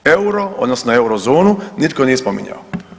EUR-o odnosno eurozonu nitko nije spominjao.